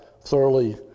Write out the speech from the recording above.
thoroughly